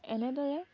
এনেদৰে